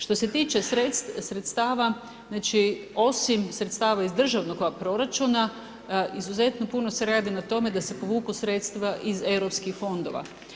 Što se tiče sredstava, znači osim sredstava iz državnoga proračuna izuzetno puno se radi na tome da se povuku sredstva iz EU fondova.